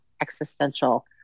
existential